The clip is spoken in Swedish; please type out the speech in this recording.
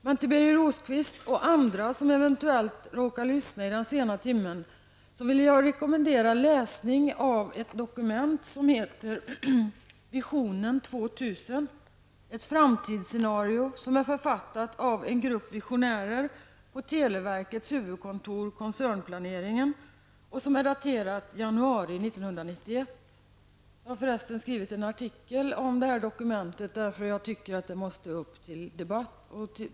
Till Birger Rosqvist och andra som eventuellt råkar lyssna i den här sena timmen vill jag rekommendera läsning av ett dokument som heter Vision 2000, ett framtidsscenario som är författat av några visionärer på televerkets huvudkontor, koncernplaneringen, och som är daterat januari Jag har förresten skrivit en artikel om det här dokumentet, därför att jag tycker att det måste upp till debatt.